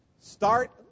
start